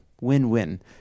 Win-win